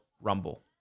Rumble